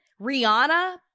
Rihanna